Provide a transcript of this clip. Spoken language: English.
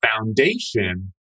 foundation